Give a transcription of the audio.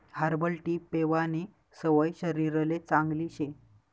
herbal tea पेवानी सवय शरीरले चांगली शे